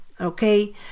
okay